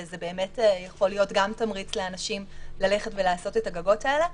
וזה באמת יכול להיות גם תמריץ לאנשים לעשות את הגגות האלה.